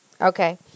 Okay